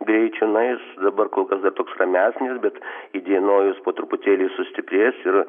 greičiu na jis dabar kol kas dar toks ramesnis bet įdienojus po truputėlį sustiprės ir